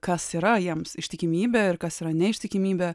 kas yra jiems ištikimybė ir kas yra neištikimybė